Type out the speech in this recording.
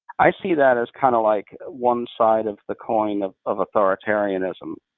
i see that as kind of like one side of the coin of of authoritarianism.